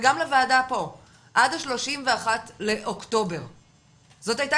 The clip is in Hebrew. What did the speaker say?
וגם לוועדה פה עד ה- 31.10. זאת היתה